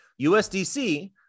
USDC